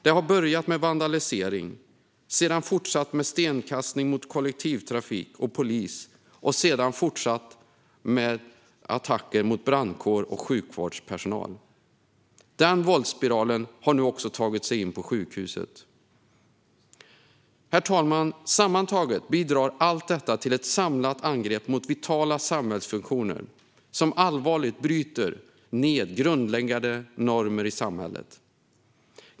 Det har börjat med vandalisering, sedan fortsatt med stenkastning mot kollektivtrafik och polis och sedan fortsatt med attacker mot brandkår och sjukvårdspersonal. Den våldsspiralen har nu också tagit sig in på sjukhuset. Herr talman! Sammantaget bidrar allt detta till ett samlat angrepp mot vitala samhällsfunktioner som allvarligt bryter ned grundläggande normer i samhället.